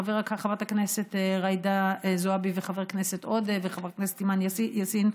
חברת הכנסת ג'ידא זועבי וחבר הכנסת עודה וחברת הכנסת אימאן יאסין,